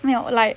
没有 like